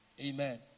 Amen